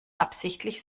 absichtlich